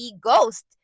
ghost